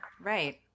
Right